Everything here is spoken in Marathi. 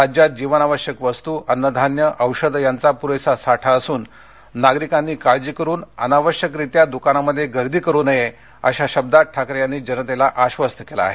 राज्यात जीवनावश्यक वस्तू अन्नधान्य औषधे यांचा पुरेसा साठा असून नागरिकांनी काळजी करून अनावश्यकरित्या दुकानामध्ये गर्दी करू नये अशा शब्दांत ठाकरे यांनी जनतेला आश्वस्त केलं आहे